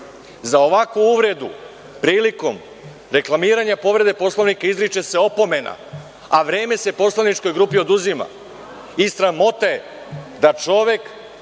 Za ovakvu uvredu prilikom reklamiranja povrede Poslovnika izriče se opomena, a vreme se poslaničkoj grupi oduzima. Sramota je da čovek